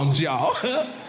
y'all